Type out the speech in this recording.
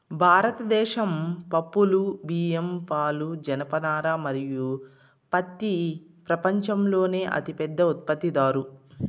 భారతదేశం పప్పులు, బియ్యం, పాలు, జనపనార మరియు పత్తి ప్రపంచంలోనే అతిపెద్ద ఉత్పత్తిదారు